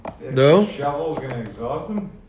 No